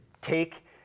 take